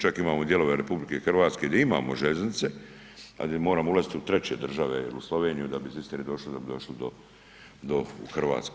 Čak imamo dijelove RH gdje imamo željeznice, a gdje moramo ulaziti u treće države jer u Sloveniju da bi iz Istre došli da bi došli do, u Hrvatsku.